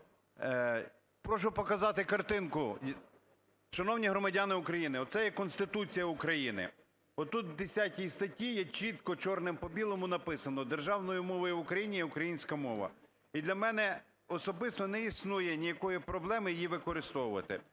Прошу показати картинку. Шановні громадяни України, оце є Конституція України. Отут в 10 статті є чітко, чорним по білому, написано: "Державною мовою в Україні є українська мова". І для мене особисто не існує ніякої проблеми її використовувати.